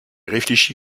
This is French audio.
réfléchi